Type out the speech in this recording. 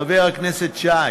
חבר הכנסת שי.